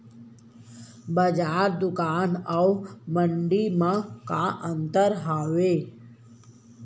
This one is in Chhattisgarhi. बजार, दुकान अऊ मंडी मा का अंतर हावे?